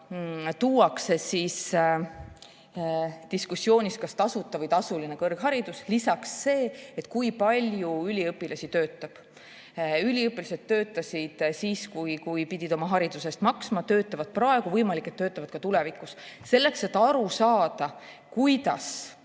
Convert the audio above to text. esitatakse diskussioonis "Kas tasuta või tasuline kõrgharidus?". Lisaks see, et paljud üliõpilased töötavad. Üliõpilased töötasid siis, kui pidid oma hariduse eest maksma, töötavad praegu ja võimalik, et töötavad ka tulevikus. Selleks, et aru saada, kuidas